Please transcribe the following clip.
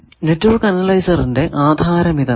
network അനാലിസിസിന്റെ ആധാരം ഇതാണ്